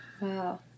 wow